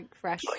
fresh